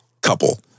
Couple